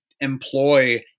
employ